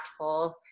impactful